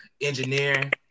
engineering